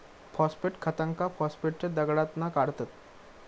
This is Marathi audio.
फॉस्फेट खतांका फॉस्फेटच्या दगडातना काढतत